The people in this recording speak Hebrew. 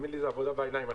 זה עבודה בעיניים.